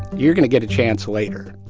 you're going to get a chance later.